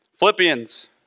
Philippians